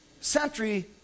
century